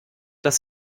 dass